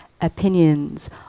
opinions